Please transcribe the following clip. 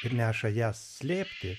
ir neša jas slėpti